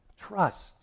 trust